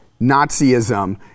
Nazism